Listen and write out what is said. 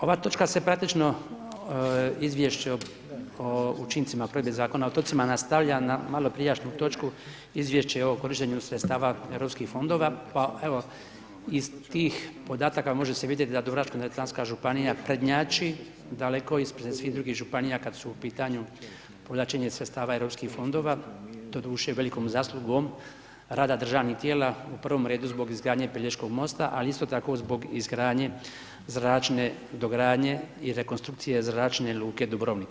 Ova točka se praktično, izvješće o učincima provedbe Zakona o otocima nastavlja na maloprijašnju točku izvješće o korištenju sredstava Europskih fondova, pa evo, iz tih podataka može se vidjet da dubrovačko-neretvanska županija prednjači daleko ispred svih drugih županija kad su u pitanju povlačenja iz sredstava Europskih fondova, doduše, velikom zaslugom, rada državnih tijela, u prvom redu zbog izgradnje Pelješkog mosta, ali isto tako zbog izgradnje zračne dogradnje i rekonstrukcije Zračne luke Dubrovnik.